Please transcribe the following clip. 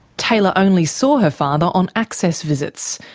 taylor only saw her father on access visits,